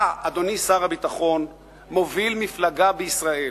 אתה, אדוני, שר הביטחון, מוביל מפלגה בישראל,